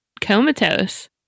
comatose